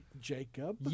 Jacob